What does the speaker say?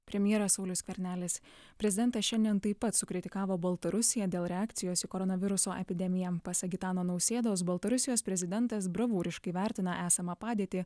premjeras saulius skvernelis prezidentas šiandien taip pat sukritikavo baltarusiją dėl reakcijos į koronaviruso epidemiją pasak gitano nausėdos baltarusijos prezidentas bravūriškai vertina esamą padėtį